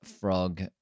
frog